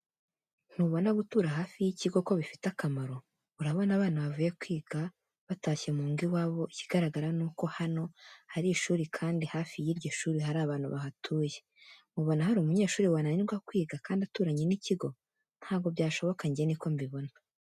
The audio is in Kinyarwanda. Ntubona gutura hafi y'ikigo ko bifite akamaro, urabona abana bavuye kwiga batashye mu ngo iwabo ikigaragara nuko hano hari ishuri kandi hafi y'iryo shuri hari abantu bahatuye mubona hari umunyeshuri wananirwa kwiga kandi aturanye n'ikigo ntabwo byashoboka njye niko mbibona.